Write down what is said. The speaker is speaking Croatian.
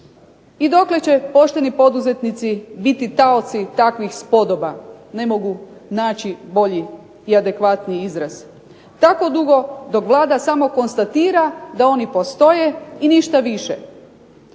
I dokle će pošteni poduzetnici biti taoci takvih spodoba, ne mogu naći bolji i adekvatniji izraz? Tako dugo dok Vlada samo konstatira dok oni samo postoje i ništa više.